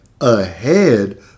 ahead